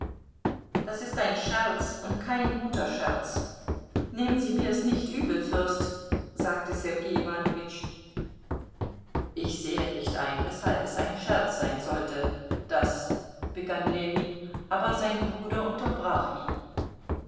das ist ein scherz und kein guter scherz nehmen sie es mir nicht übel fürst sagte sergei iwanowitsch ich sehe nicht ein weshalb es ein scherz sein sollte daß begann ljewin aber sein bruder unterbrach ihn